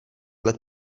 let